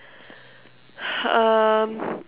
um